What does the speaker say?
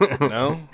No